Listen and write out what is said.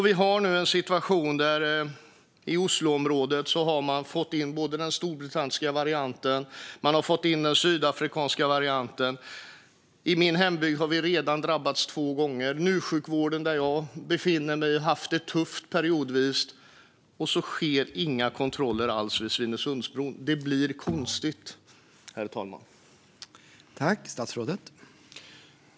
Vi har nu en situation där man i Osloområdet har fått in både varianten från Storbritannien och varianten från Sydafrika. I min hembygd har vi redan drabbats två gånger. Där jag befinner mig har NU-sjukvården haft det tufft periodvis, och så sker inga kontroller alls vid Svinesundsbron. Det blir konstigt, herr talman.